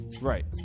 Right